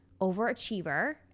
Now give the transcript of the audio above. overachiever